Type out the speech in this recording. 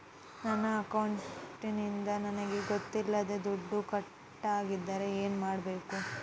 ನನ್ನ ಅಕೌಂಟಿಂದ ನನಗೆ ಗೊತ್ತಿಲ್ಲದೆ ದುಡ್ಡು ಕಟ್ಟಾಗಿದ್ದರೆ ಏನು ಮಾಡಬೇಕು?